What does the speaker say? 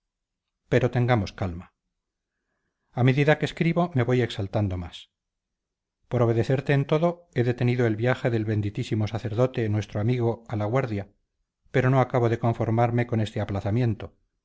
pero tengamos calma a medida que escribo me voy exaltando más por obedecerte en todo he detenido el viaje del benditísimo sacerdote nuestro amigo a la guardia pero no acabo de conformarme con este aplazamiento